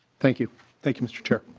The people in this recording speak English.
thank you thank you mr. chair.